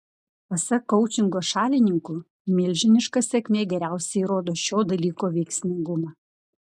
pasak koučingo šalininkų milžiniška sėkmė geriausiai įrodo šio dalyko veiksmingumą